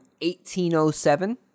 1807